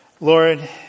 Lord